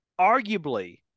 Arguably